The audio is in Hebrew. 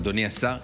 אדוני השר,